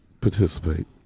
Participate